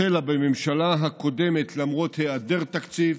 החלה בממשלה הקודמת למרות היעדר תקציב,